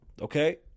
Okay